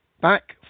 back